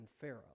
Pharaoh